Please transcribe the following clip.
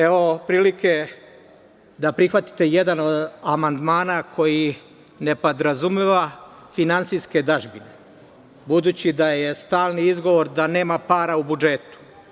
Evo vam prilike da prihvatite jedan od amandmana koji ne podrazumeva finansijske dažbine, budući da je stalni izgovor da nema para u budžetu.